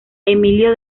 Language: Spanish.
emilio